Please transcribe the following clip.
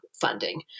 funding